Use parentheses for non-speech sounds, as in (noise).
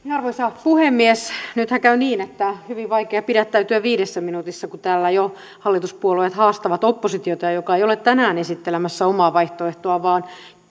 (unintelligible) arvoisa puhemies nythän käy niin että on hyvin vaikea pidättäytyä viidessä minuutissa kun täällä jo hallituspuolueet haastavat oppositiota joka ei ole tänään esittelemässä omaa vaihtoehtoaan vaan